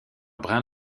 brun